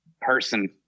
person